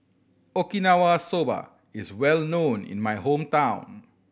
Okinawa Soba is well known in my hometown